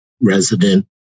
resident